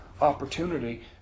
opportunity